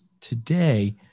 today